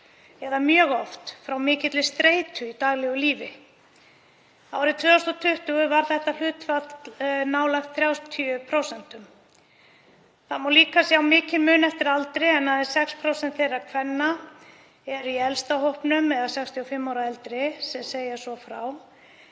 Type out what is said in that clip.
eða mjög oft frá mikilli streitu í daglegu lífi. Árið 2020 var þetta hlutfall nálægt 30%. Það má líka sjá mikinn mun eftir aldri en aðeins 6% þeirra kvenna eru í elsta hópnum, eða 65 ára og eldri, sem segja svo frá